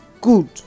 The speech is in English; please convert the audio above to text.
good